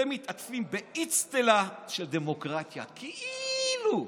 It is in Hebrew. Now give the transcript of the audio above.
אתם מתעטפים באצטלה של דמוקרטיה, כאילו.